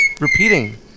repeating